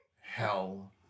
Hell